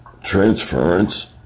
transference